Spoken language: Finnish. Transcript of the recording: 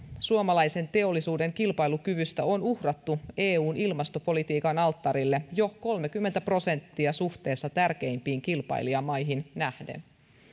suomalaisen teollisuuden kilpailukyvystä on uhrattu eun ilmastopolitiikan alttarille jo kolmekymmentä prosenttia suhteessa tärkeimpiin kilpailijamaihin nähden